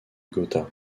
gotha